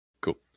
Cool